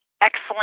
excellent